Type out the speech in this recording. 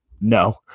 no